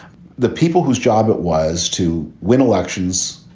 the people whose job it was to win elections,